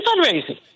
fundraising